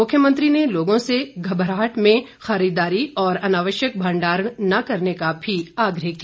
मुख्यमंत्री ने लोगों से घबराहट में खरीददारी और अनावश्यक भंडारण न करने का भी आग्रह किया